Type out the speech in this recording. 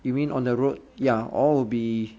you mean on the road ya all will be